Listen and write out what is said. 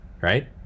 right